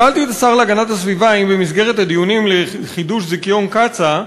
שאלתי את השר להגנת הסביבה אם במסגרת הדיונים לחידוש זיכיון קצא"א,